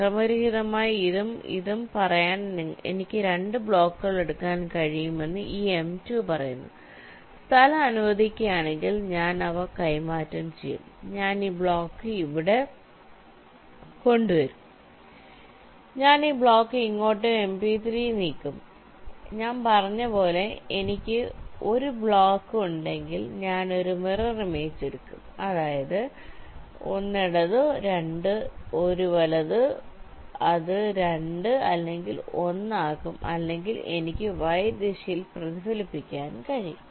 ക്രമരഹിതമായി ഇതും ഇതും പറയാൻ എനിക്ക് രണ്ട് ബ്ലോക്കുകൾ എടുക്കാൻ കഴിയുമെന്ന് ഈ M2 പറയുന്നു സ്ഥലം അനുവദിക്കുകയാണെങ്കിൽ ഞാൻ അവ കൈമാറ്റം ചെയ്യും ഞാൻ ഈ ബ്ലോക്ക് ഇവിടെ കൊണ്ടുവരും ഞാൻ ഈ ബ്ലോക്ക് ഇങ്ങോട്ടും M3 ഉം നീക്കും ഞാൻ പറഞ്ഞതുപോലെ എനിക്ക് ഒരു ബ്ലോക്ക് ഉണ്ടെങ്കിൽ ഞാൻ ഒരു മിറർ ഇമേജ് എടുക്കും അതായത് 1 ഇടത് 2 ഒരു വലത് അത് 2 അല്ലെങ്കിൽ 1 ആകും അല്ലെങ്കിൽ എനിക്ക് y ദിശയിൽ പ്രതിഫലിപ്പിക്കാനും കഴിയും